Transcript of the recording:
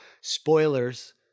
spoilers